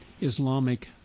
Islamic